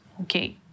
Okay